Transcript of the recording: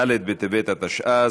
ד' בטבת התשע"ז,